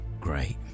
Great